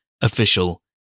official